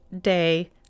day